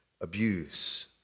abuse